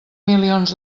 milions